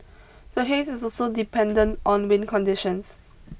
the haze is also dependent on wind conditions